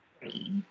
free